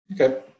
Okay